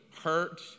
hurt